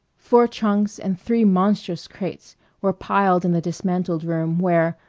four trunks and three monstrous crates were piled in the dismantled room where,